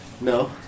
No